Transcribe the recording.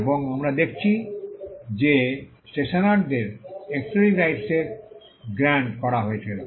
এবং আমরা দেখেছি যে স্টেশনেরদের এক্সক্লুসিভ রাইটস এর গ্রান্ট করা হয়েছিল